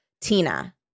Tina